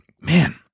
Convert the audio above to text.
Man